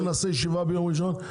אנחנו נעשה ישיבה ביום ראשון,